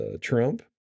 Trump